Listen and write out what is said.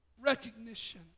recognition